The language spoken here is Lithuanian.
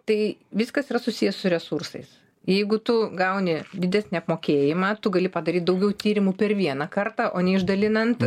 tai viskas yra susiję su resursais jeigu tu gauni didesnį apmokėjimą tu gali padaryt daugiau tyrimų per vieną kartą o ne išdalinant